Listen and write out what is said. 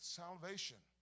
salvation